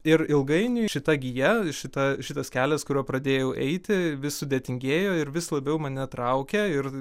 ir ilgainiui šita gija šita šitas kelias kuriuo pradėjau eiti vis sudėtingėjo ir vis labiau mane traukė ir